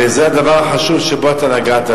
וזה הדבר החשוב שבו אתה נגעת,